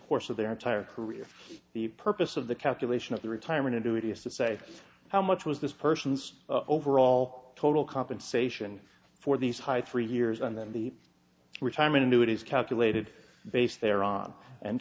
course of their entire career the purpose of the calculation of the retirement to do it is to say how much was this person's overall total compensation for these high three years and then the retirement into it is calculated based they are on and